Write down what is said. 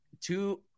two